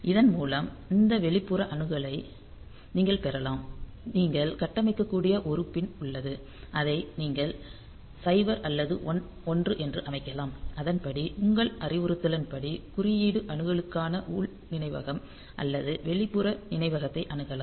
இதன் மூலம் இந்த வெளிப்புற அணுகலை நீங்கள் பெறலாம் நீங்கள் கட்டமைக்கக்கூடிய ஒரு பின் உள்ளது அதை நீங்கள் 0 அல்லது 1 என அமைக்கலாம் அதன்படி உங்கள் அறிவுறுத்தலின்படி குறியீடு அணுகலுக்கான உள் நினைவகம் அல்லது வெளிப்புற நினைவகத்தை அணுகலாம்